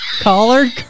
Collard